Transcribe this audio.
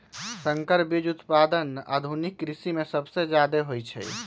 संकर बीज उत्पादन आधुनिक कृषि में सबसे जादे होई छई